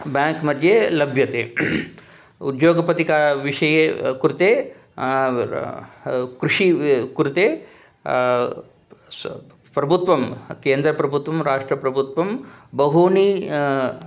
ब्याङ्क्मध्ये लभ्यते उद्योगपतिका विषये कृते कृषिकृते प्रभूत्वं केन्द्रप्रभूत्वं राष्ट्रप्रभूत्वं बहूनि